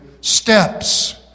steps